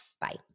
Bye